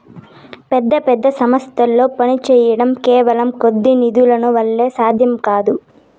పెద్ద పెద్ద స్థాయిల్లో పనిచేయడం కేవలం కొద్ది నిధుల వల్ల సాధ్యం కాదు